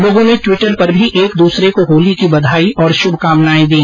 लोगों ने टिवटर पर भी एक दूसरे को होली कीबधाई और श्भकामनाएं दी